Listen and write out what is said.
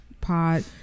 pod